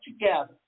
together